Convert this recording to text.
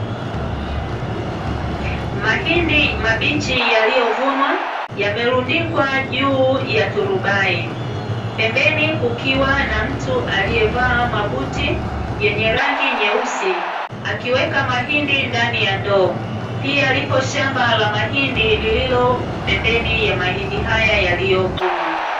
Mahindi mabichi yaliyovunwa yamerundikwa juu ya turubai, pembeni kukiwa na mtu aliyevaa mabuti yenye rangi nyeusi akiweka mahindi ndani ya ndoo, pia lipo shamba la mahindi lililo pembeni ya mahindi haya yaliyovunwa.